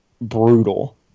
brutal